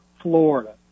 Florida